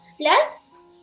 plus